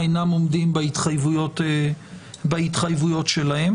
אינם עומדים בהתחייבויות שלהם.